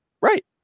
right